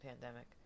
pandemic